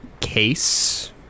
case